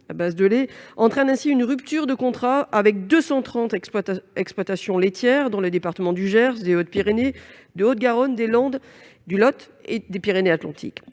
à base de lait, Danone entraîne des ruptures de contrat avec 230 exploitations laitières dans les départements du Gers, des Hautes-Pyrénées, de la Haute-Garonne, des Landes, du Lot et des Pyrénées-Atlantiques.